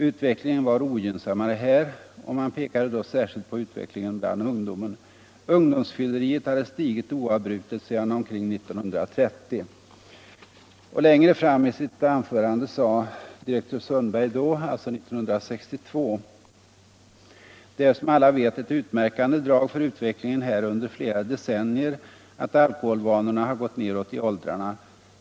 Utvecklingen var ogynnsammare här och man pekade då särskilt på utvecklingen bland ungdomen. Ungdomsfylleriet hade stigit oavbrutet sedan omkring 1930.” Längre fram i sitt anförande år 1962 sade direktör Sundberg: ”Det är som alla vet ett utmärkande drag för utvecklingen här under flera decennier, att alkoholvanorna har gått neråt i åldrarna.